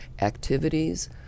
activities